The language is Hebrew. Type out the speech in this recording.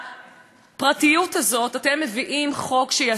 אתם מביאים חוק שיעשה פה איפה ואיפה.